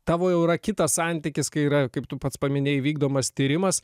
tavo jau yra kitas santykis kai yra kaip tu pats paminėjai vykdomas tyrimas